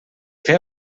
fer